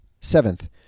Seventh